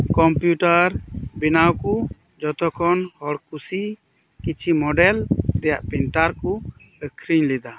computer ᱵᱮᱱᱟᱣ ᱠᱚ ᱡᱚᱛᱚᱠᱷᱚᱱ ᱦᱚᱲ ᱠᱩᱥᱤ ᱠᱤᱪᱷᱤᱩᱢᱳᱰᱮᱞ ᱨᱮᱭᱟᱜ ᱯᱨᱤᱱᱴᱟᱨ ᱠᱩ ᱟᱹᱠᱷᱨᱤᱧ ᱞᱮᱫᱟ